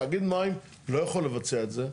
תאגיד מים לא יכול לבצע את זה,